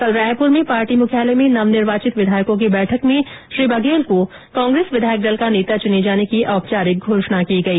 कल रायपुर में पार्टी मुख्यालय में नव निर्वाचित विधायकों की बैठक में श्री बघेल को कांग्रेस विधायक दल का नेता चुने जाने की औपचारिक घोषणा की गई